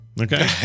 Okay